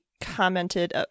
commented